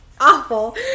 awful